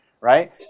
right